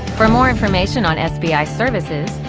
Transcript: for more information on sbi services,